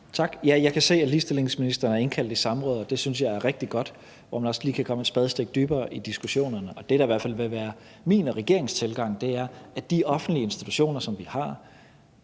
Tak. Ja, jeg kan se, at ligestillingsministeren er indkaldt i samråd, og det synes jeg er rigtig godt, for så kan man måske også lige komme et spadestik dybere i diskussionerne. Og det, der i hvert fald vil være min og regeringens tilgang, er, at de offentlige institutioner, som vi har,